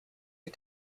are